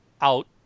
out